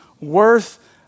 worth